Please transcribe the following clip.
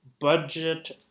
budget